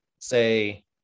say